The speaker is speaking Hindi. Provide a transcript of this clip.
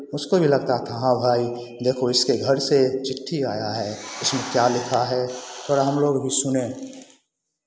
उसको भी लगता था हाँ भाई देखो इसके घर से चिट्ठी आया है इसमें क्या लिखा है थोड़ा हम लोग भी सुनें